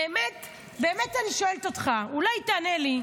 באמת אני שואלת אותך, אולי תענה לי: